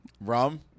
Rum